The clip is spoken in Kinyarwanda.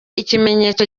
ikimenyetso